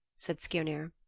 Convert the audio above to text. said skirnir.